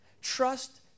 Trust